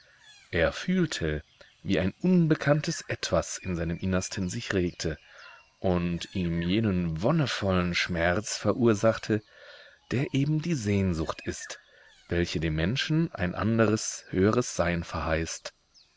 er fühlte wie ein unbekanntes etwas in seinem innersten sich regte und ihm jenen wonnevollen schmerz verursachte der eben die sehnsucht ist welche dem menschen ein anderes höheres sein verheißt